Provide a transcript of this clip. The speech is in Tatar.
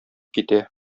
китә